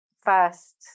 first